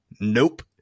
nope